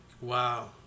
wow